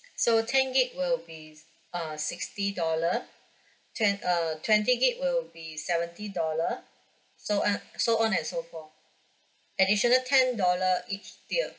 so ten gig will be uh sixty dollar twen~ uh twenty gig will be seventy dollar so uh so on and so forth additional ten dollar each tier